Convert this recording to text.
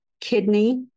kidney